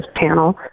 panel